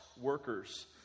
workers